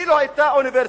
אילו היתה אוניברסיטה,